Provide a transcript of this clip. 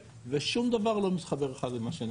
ושום דבר לא מתחבר אחד עם השני,